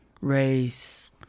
race